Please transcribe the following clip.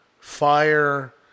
fire